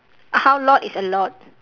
how lot is a lot